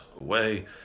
away